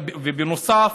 בנוסף,